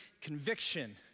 conviction